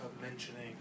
mentioning